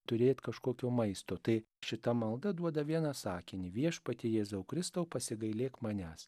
turėt kažkokio maisto tai šita malda duoda vieną sakinį viešpatie jėzau kristau pasigailėk manęs